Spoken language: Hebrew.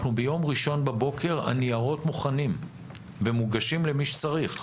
ביום ראשון בבוקר הניירות מוכנים ומוגשים למי שצריך.